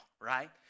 Right